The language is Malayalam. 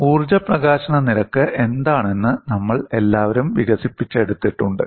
ഊർജ്ജ പ്രകാശന നിരക്ക് എന്താണെന്ന് നമ്മൾ എല്ലാവരും വികസിപ്പിച്ചെടുത്തിട്ടുണ്ട്